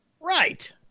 Right